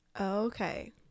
okay